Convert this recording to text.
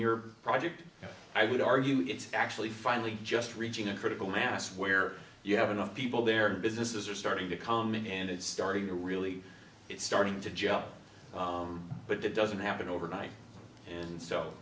year project i would argue it's actually finally just reaching a critical mass where you have enough people there and businesses are starting to come in and it's starting to really it's starting to gel but that doesn't happen overnight and